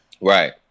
Right